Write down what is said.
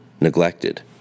neglected